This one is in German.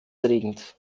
erregend